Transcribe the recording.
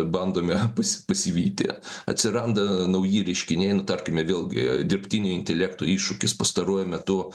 bandome pas pasivyti atsiranda nauji reiškiniai nu tarkime vėlgi dirbtinio intelekto iššūkis pastaruoju metu